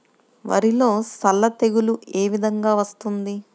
వరిలో సల్ల తెగులు ఏ విధంగా వస్తుంది?